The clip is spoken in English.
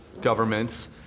governments